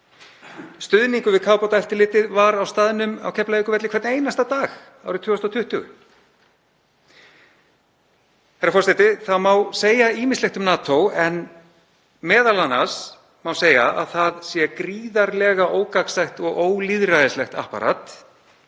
Stuðningur við kafbátaeftirlitið var á staðnum á Keflavíkurvelli hvern einasta dag árið 2020. Herra forseti. Það má segja ýmislegt um NATO en m.a. má segja að það sé gríðarlega ógagnsætt og ólýðræðislegt apparat.